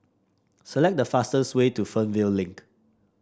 select the fastest way to Fernvale Link